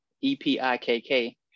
E-P-I-K-K